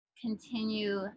continue